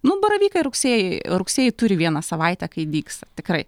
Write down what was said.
nu baravykai rugsėjį rugsėjį turi vieną savaitę kai dygsta tikrai